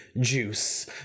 juice